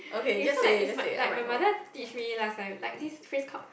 okay so like it's my like my mother teach me last time like this phrase called